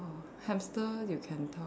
hamster you can talk